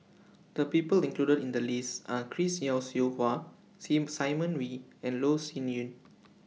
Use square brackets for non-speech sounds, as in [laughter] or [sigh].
The People included in The list Are Chris Yeo Siew Hua [unintelligible] Simon Wee and Loh Sin Yun